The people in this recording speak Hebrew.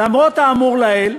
למרות האמור לעיל,